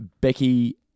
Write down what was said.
Becky